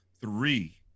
three